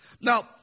Now